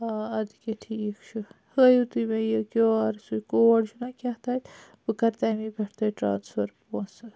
آ ادکیٚہ ٹھیٖک چھُ ہایو تُہۍ مےٚ یہِ کیو آر سُہ کوڈ چھُنہ کیتھانۍ بہٕ کرٕ تَمے پٮ۪ٹھ تۄہہِ ٹرانسفر پونٛسہٕ